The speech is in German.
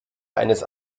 eines